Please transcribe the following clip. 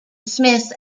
smith